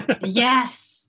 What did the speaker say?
yes